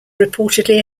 reportedly